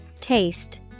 Taste